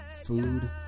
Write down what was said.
food